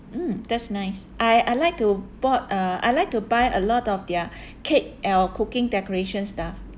mm that's nice I I like to bought uh I like to buy a lot of their cake uh cooking decoration stuff